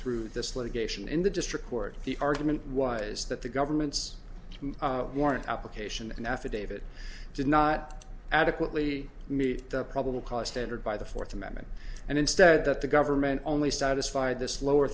through this litigation in the district court the argument was that the government's warrant application affidavit did not adequately meet the probable cause standard by the fourth amendment and instead that the government only satisfied this lower